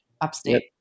upstate